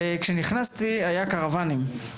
כשנכנסתי גרנו קרוואנים.